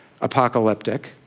apocalyptic